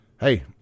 Hey